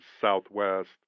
Southwest